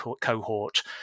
cohort